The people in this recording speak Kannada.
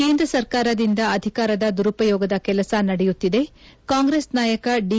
ಕೇಂದ್ರ ಸರ್ಕಾರದಿಂದ ಅಧಿಕಾರದ ದುರುಪಯೋಗದ ಕೆಲಸ ನಡೆಯುತ್ತಿದೆ ಕಾಂಗ್ರೆಸ್ ನಾಯಕ ದಿ